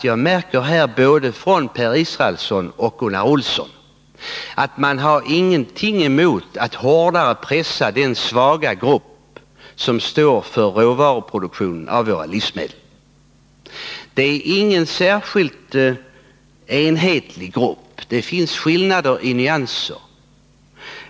Jag märker av både Per Israelssons och Gunnar Olssons anföranden att de inte har någonting emot att hårdare pressa den svaga grupp som står för råvaruproduktionen av våra livsmedel. Det är ingen särskilt enhetlig grupp — det finns skillnader i nyanser.